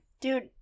Dude